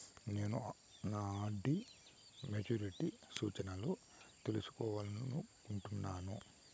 నేను నా RD maturity సూచనలను తెలుసుకోవాలనుకుంటున్నాను